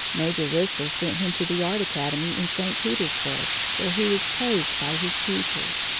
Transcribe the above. major whistler sent him to the art academy in st. petersburg, where he was praised by his teachers.